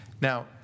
Now